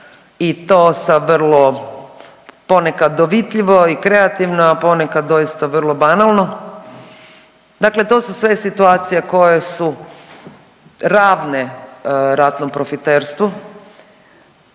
i to sa vrlo, ponekad dovitljivo i kreativno, a ponekad doista vrlo banalno, dakle to su sve situacije koje su ravne ratnom profiterstvu